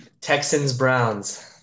Texans-Browns